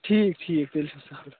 ٹھیٖک ٹھیٖک تیٚلہِ چھُ سہل